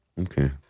Okay